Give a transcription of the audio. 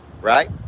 Right